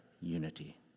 unity